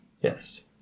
yes